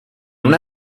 una